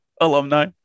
Alumni